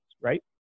right